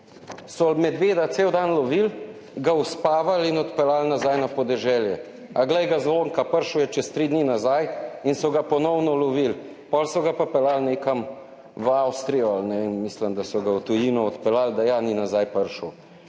So medveda, cel dan lovili, ga uspavali in odpeljali nazaj na podeželje. A glej ga zlomka, prišel je čez tri dni nazaj in so ga ponovno lovili, pol so ga pa peljali nekam v Avstrijo ali ne, in mislim, da so ga v tujino odpeljali, da ja ni nazaj prišel.